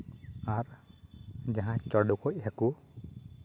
ᱟᱨ ᱡᱟᱦᱟᱸ ᱪᱚᱰᱜᱚᱡ ᱦᱟᱹᱠᱩ